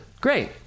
Great